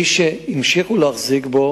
מי שהמשיכו להחזיק בו,